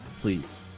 please